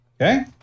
Okay